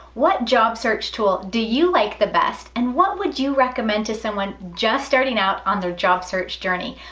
what job search tool do you like the best and what would you recommend to someone just starting out on their job search journey?